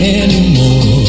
anymore